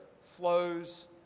flows